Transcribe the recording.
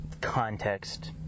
context